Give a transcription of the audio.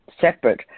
separate